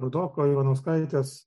rudoko ivanauskaitės